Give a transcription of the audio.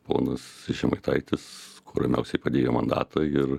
ponas žemaitaitis kuo ramiausiai padėjo mandatą ir